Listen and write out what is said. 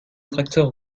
tracteur